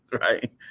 right